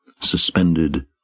suspended